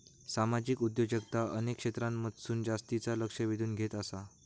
सामाजिक उद्योजकता अनेक क्षेत्रांमधसून जास्तीचा लक्ष वेधून घेत आसा